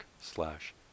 slash